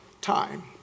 time